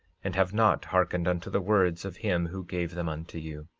and have not hearkened unto the words of him who gave them unto you.